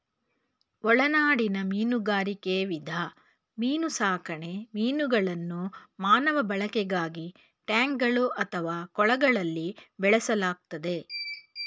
ಒಳನಾಡಿನ ಮೀನುಗಾರಿಕೆ ವಿಧ ಮೀನುಸಾಕಣೆ ಮೀನುಗಳನ್ನು ಮಾನವ ಬಳಕೆಗಾಗಿ ಟ್ಯಾಂಕ್ಗಳು ಅಥವಾ ಕೊಳಗಳಲ್ಲಿ ಬೆಳೆಸಲಾಗ್ತದೆ